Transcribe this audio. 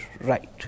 right